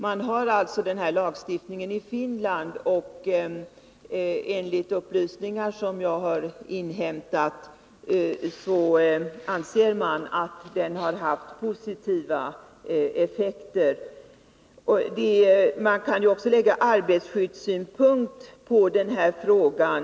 Man har alltså denna typ av lagstiftning i Finland, och enligt upplysningar som jag har inhämtat anser man att den har haft positiva effekter. Också en arbetarskyddssynpunkt kan anläggas på den här frågan.